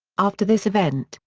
after this event,